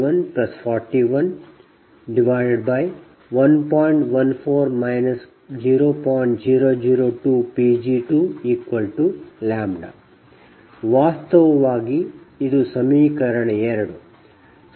002 Pg2λ ವಾಸ್ತವವಾಗಿ ಇದು ಸಮೀಕರಣ 2